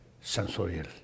sensorial